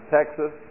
Texas